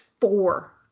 four